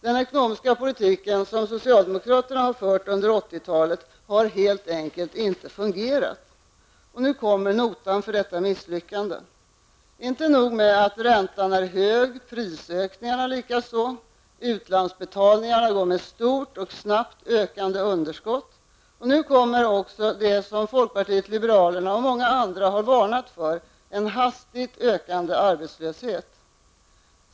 Den ekonomiska politik som socialdemokraterna fört under 80-talet har helt enkelt inte fungerat. Nu kommer notan för detta misslyckande. Inte nog med att räntan är hög, prisökningarna stora och utlandsbetalningarna går med stort och snabbt ökande underskott, nu kommer också det som folkpartiet liberalerna och många andra har varnat för -- en hastigt ökande arbetslöshet.